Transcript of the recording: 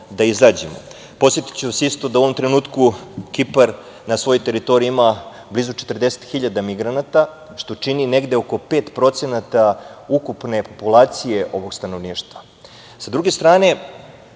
da izađemo. Podsetiću vas isto da u ovom trenutku Kipar na svojoj teritoriji ima blizu 40.000 migranata, što čini negde oko 5% ukupne populacije ovog stanovništva. Sa druge strane